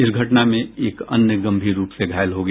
इस घटना में एक अन्य गंभीर रूप से घायल हो गया